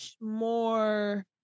more